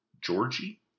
Georgie